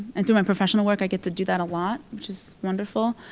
and through my professional work, i get to do that a lot, which is wonderful.